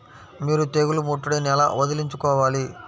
మీరు తెగులు ముట్టడిని ఎలా వదిలించుకోవాలి?